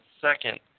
second